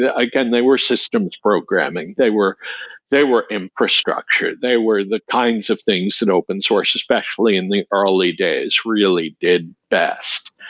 again, they were systems programming. they were they were infrastructure. they were the kinds of things that open source, especially in the early days, really did best.